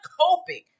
coping